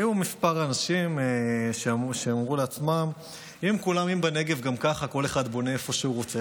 כמה אנשים אמרו לעצמם: אם בנגב גם ככה כל אחד בונה איפה שהוא רוצה,